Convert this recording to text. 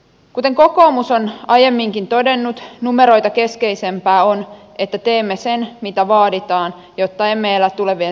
kuten kokoomus on aiemminkin todennut numeroita keskeisempää on että teemme sen mitä vaaditaan jotta emme elä tulevien sukupolvien kustannuksella